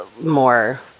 more